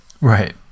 Right